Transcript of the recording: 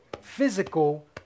physical